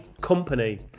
Company